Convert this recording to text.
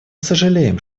сожалеем